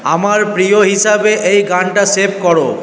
আমার প্রিয় হিসাবে এই গানটা সেভ করো